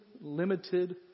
limited